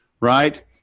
right